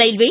railway